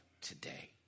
today